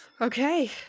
Okay